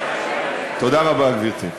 תודה רבה, גברתי.